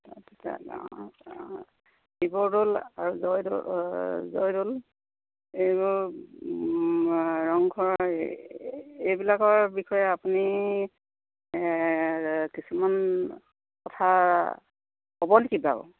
তাতে অঁ শিৱদৌল আৰু জয়দৌল জয়দৌল এইবোৰ ৰংঘৰ এইবিলাকৰ বিষয়ে আপুনি কিছুমান কথা ক'ব নেকি বাৰু